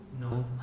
no